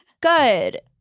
Good